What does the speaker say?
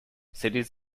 cities